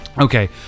Okay